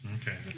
Okay